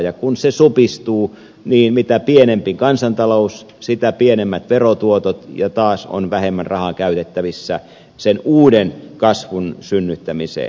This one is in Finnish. ja kun kansantalouden koko supistuu niin mitä pienempi kansantalous sitä pienemmät verotuotot ja taas on vähemmän rahaa käytettävissä sen uuden kasvun synnyttämiseen